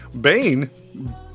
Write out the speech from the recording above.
Bane